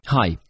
Hi